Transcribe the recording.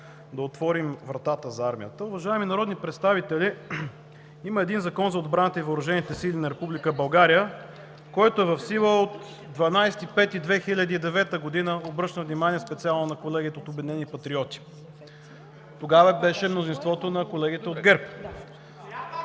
да отворим вратата за армията. Уважаеми народни представители, има един Закон за отбраната и въоръжените сили на Република България, който е в сила от 12 май 2009 г. Обръщам внимание специално на колегите от Обединени патриоти. Тогава беше мнозинството на колегите от ГЕРБ.